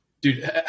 Dude